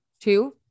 two